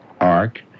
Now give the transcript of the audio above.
Ark